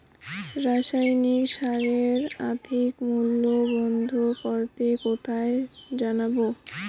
রাসায়নিক সারের অধিক মূল্য বন্ধ করতে কোথায় জানাবো?